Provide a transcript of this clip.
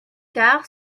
tard